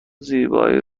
زیبایی